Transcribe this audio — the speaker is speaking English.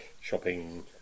shopping